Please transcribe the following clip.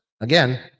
again